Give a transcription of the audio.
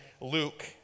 Luke